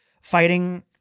fighting